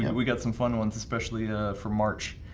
yeah we got some fun ones especially for march,